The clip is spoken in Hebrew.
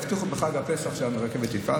הבטיחו שבפסח, בחג הפסח הרכבת כבר תפעל.